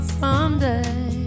someday